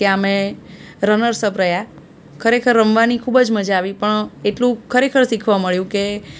ત્યાં અમે રનર્સઅપ રહ્યાં ખરેખર રમવાની ખૂબ જ મજા આવી પણ એટલું ખરેખર શીખવા મળ્યું કે